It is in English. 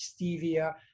stevia